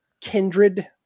Kindred